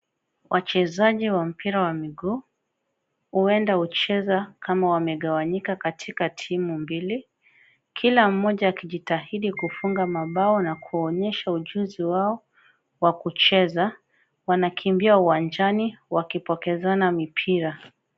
Wachezaji wa mpira wa miguu, huenda hucheza kama wamegawanyika katika timu mbili, kila mmoja alijitahidi kufunga mabao na kuonyesha ujuzi wao, wa kucheza, wanakimbia uwanjani wakipokezana mipira.